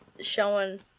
showing